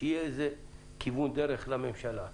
שיהיה כיוון דרך לממשלה.